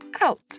out